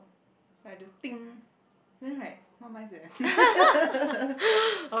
I just then right not nice eh